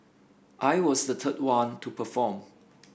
I was the third one to perform